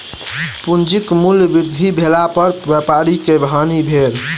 पूंजीक मूल्य वृद्धि भेला पर व्यापारी के हानि भेल